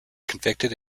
convicted